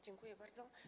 Dziękuję bardzo.